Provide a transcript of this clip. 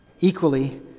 equally